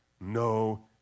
no